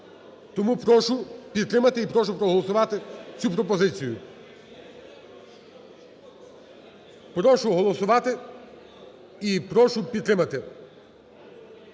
Тому прошу підтримати і прошу проголосувати цю пропозицію. Прошу голосуват и і прошу підтримати.